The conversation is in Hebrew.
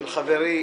של חברי,